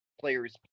players